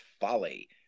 folly